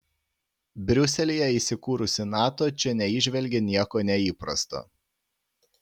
briuselyje įsikūrusi nato čia neįžvelgė nieko neįprasto